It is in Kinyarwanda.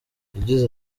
yagize